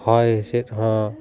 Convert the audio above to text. ᱦᱚᱭ ᱦᱤᱥᱤᱫ ᱦᱚᱸ